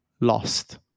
lost